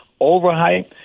overhyped